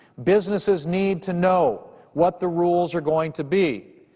businesses need to know what the rules are going to be.